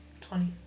Twenty